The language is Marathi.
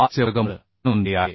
5 चे वर्गमूळ म्हणून दिली आहे